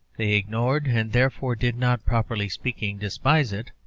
they ignored, and therefore did not, properly speaking, despise it.